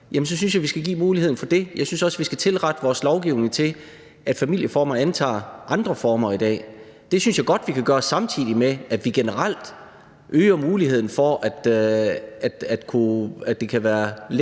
så synes jeg, at vi skal give dem muligheden for det. Jeg synes også, at vi skal tilrette vores lovgivning til, at familieformerne antager andre former i dag. Det synes jeg godt vi kan gøre, samtidig med at vi generelt øger muligheden for, at det kan være let